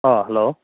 ꯑꯥ hello